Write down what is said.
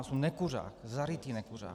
Jsem nekuřák, zarytý nekuřák.